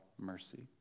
mercy